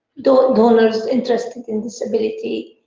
donors donors interested in disabilities,